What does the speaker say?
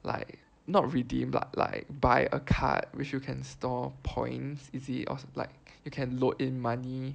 like not redeem but like buy a card which you can store points is it or like you can load in money